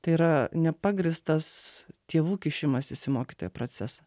tai yra nepagrįstas tėvų kišimasis į mokytojo procesą